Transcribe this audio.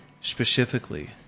Specifically